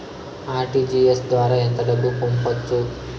RTGS ద్వారా ఎంత డబ్బు పంపొచ్చు?